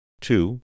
two